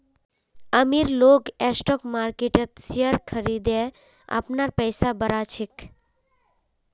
अमीर लोग स्टॉक मार्किटत शेयर खरिदे अपनार पैसा बढ़ा छेक